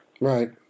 Right